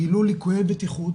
גילו ליקויי בטיחות,